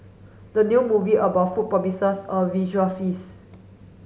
the new movie about food promises a visual feast